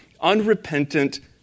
unrepentant